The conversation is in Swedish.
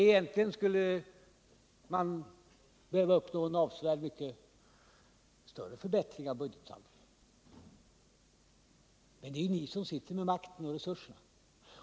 Egentligen skulle vi behöva uppnå en avsevärd större förbättring av budgetsaldot, men det är ju ni som sitter med makten och resurserna.